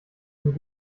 dem